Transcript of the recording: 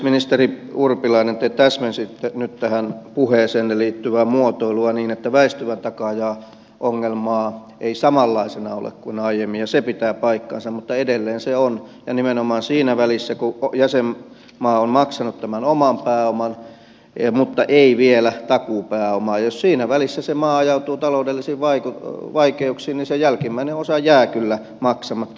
ministeri urpilainen te täsmensitte nyt tähän puheeseenne liittyvää muotoilua niin että väistyvä takaaja ongelmaa ei samanlaisena ole kuin aiemmin ja se pitää paikkansa mutta edelleen se on ja nimenomaan siinä välissä kun jäsenmaa on maksanut tämän oman pääoman mutta ei vielä takuupääomaa jos siinä välissä se maa ajautuu taloudellisiin vaikeuksiin niin se jälkimmäinen osa jää kyllä maksamatta